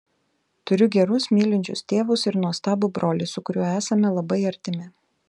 turiu gerus mylinčius tėvus ir nuostabų brolį su kuriuo esame labai artimi